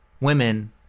women